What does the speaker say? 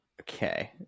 Okay